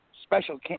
special